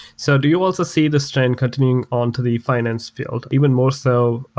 so do you also see this trend continuing on to the finance field? even more so,